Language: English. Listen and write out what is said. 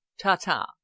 Ta-ta